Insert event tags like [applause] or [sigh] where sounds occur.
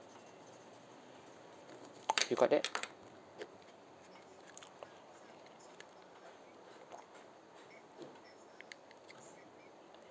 you got that [noise]